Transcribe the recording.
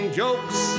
jokes